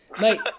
Mate